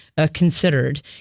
considered